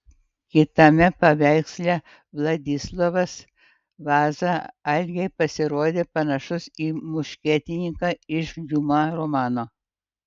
kitame paveiksle vladislovas vaza algei pasirodė panašus į muškietininką iš diuma romano